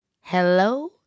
Hello